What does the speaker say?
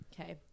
Okay